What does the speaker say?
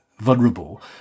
vulnerable